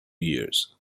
years